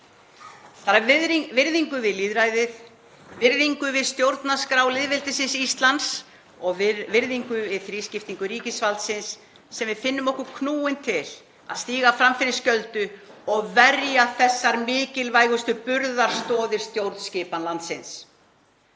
Það er af virðingu við lýðræðið, virðingu við stjórnarskrá lýðveldisins Íslands og virðingu við þrískiptingu ríkisvaldsins sem við finnum okkur knúin til að stíga fram fyrir skjöldu og verja þessar mikilvægustu burðarstoðir stjórnskipan landsins.